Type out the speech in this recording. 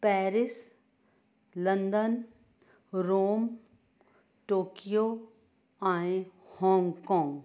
Paris London Rome Tokyo ऐं Hong Kong